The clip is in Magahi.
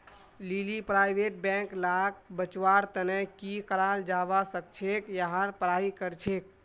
लीली प्राइवेट बैंक लाक बचव्वार तने की कराल जाबा सखछेक यहार पढ़ाई करछेक